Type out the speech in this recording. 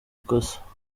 ikosa